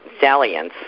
salience